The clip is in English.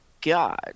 god